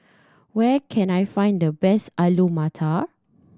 where can I find the best Alu Matar